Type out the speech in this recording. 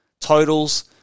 Totals